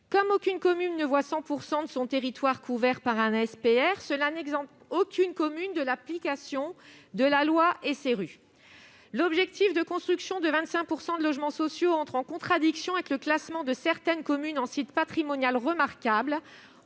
Comme aucune commune ne voit 100 % de son territoire couvert par un SPR, cela n'exempte aucune commune de l'application de la loi SRU. L'objectif de construction de 25 % de logements sociaux entre en contradiction avec le classement de certaines communes en site patrimonial remarquable